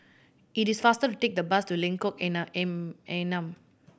it is faster to take the bus to Lengkok Enam